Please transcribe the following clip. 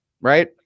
right